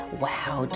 Wow